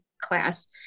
class